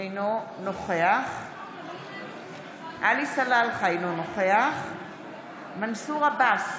אינו נוכח עלי סלאלחה, אינו נוכח מנסור עבאס,